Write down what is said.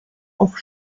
auf